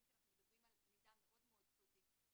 שאנחנו מדברים על מידע מאוד מאוד סודי,